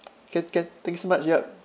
can can thank you so much yup